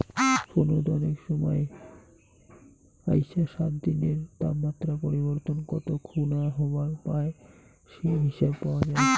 ফোনত কনেক সমাই আইসা সাত দিনের তাপমাত্রা পরিবর্তন কত খুনা হবার পায় সেই হিসাব পাওয়া যায়